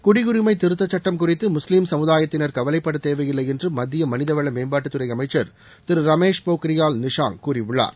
குடியுரிமை திருத்தச்சுட்டம் குறித்து முஸ்லீம் சமுதாயத்தினர் கவலைப்பட தேவையில்லை என்று மத்திய மனிதவள மேம்பாட்டுத்துறை அமைச்சர் திரு ரமேஷ் போக்ரியால் நிஷாங் கூறியுள்ளார்